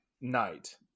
night